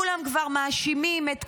כולם כבר מאשימים את כולם.